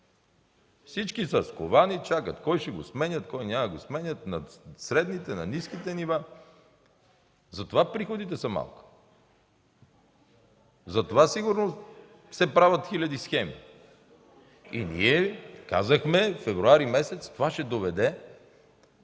всички са сковани и чакат кого ще сменят, кого няма да сменят на средните, на ниските нива. Затова приходите са малко. Затова сигурно се правят хиляди схеми. През месец февруари Ви казахме, че това ще доведе